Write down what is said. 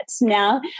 Now